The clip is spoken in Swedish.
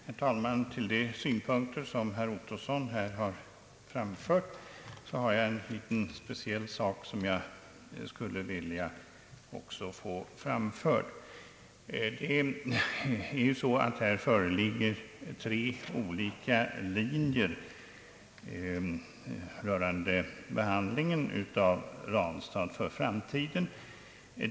Herr talman! Till de synpunkter som herr Ottosson här har framfört är det en speciell sak som jag också skulle vilja få framförd. Här föreligger tre olika linjer rörande behandlingen av Ranstad för framtiden.